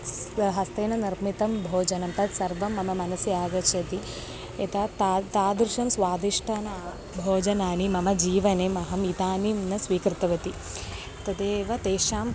स्व हस्तेन निर्मितं भोजनं तत्सर्वं मम मनसि आगच्छति यथा ता तादृशं स्वादिष्टं न भोजनानि मम जीवने अहम् इदानीं न स्वीकृतवती तदेव तेषाम्